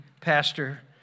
Pastor